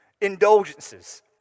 indulgences